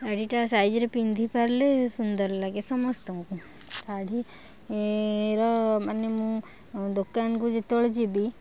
ଶାଢ଼ୀଟା ସାଇଜ୍ରେ ପିନ୍ଧି ପାରିଲେ ସୁନ୍ଦର ଲାଗେ ସମସ୍ତଙ୍କୁ ଶାଢ଼ୀର ମାନେ ମୁଁ ଦୋକାନକୁ ଯେତେବେଳେ ଯିବି